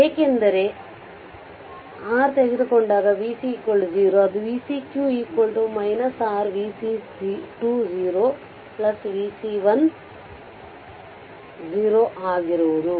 ಏಕೆಂದರೆ r ತೆಗೆದುಕೊಂಡಾಗ v c 0 ಅದು v cq v C2 v C1 0 0 ಆಗಿರುವುದು